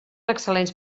excel·lents